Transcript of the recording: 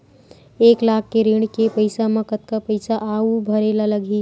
एक लाख के ऋण के पईसा म कतका पईसा आऊ भरे ला लगही?